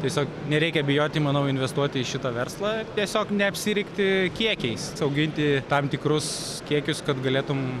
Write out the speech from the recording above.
tiesiog nereikia bijoti manau investuoti į šitą verslą tiesiog neapsirikti kiekiais auginti tam tikrus kiekius kad galėtum